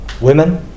women